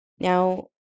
now